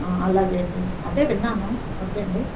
అలాగేండి అదే విన్నాను ఓకే అండి